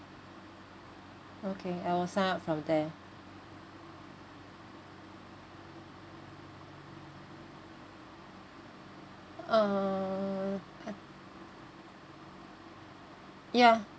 okay I'll sign up from there err I ya